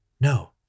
No